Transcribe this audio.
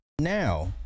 now